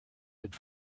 had